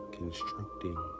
constructing